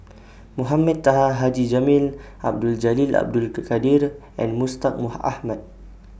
Mohamed Taha Haji Jamil Abdul Jalil Abdul Kadir and Mustaq Ahmad